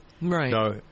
Right